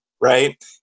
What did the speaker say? Right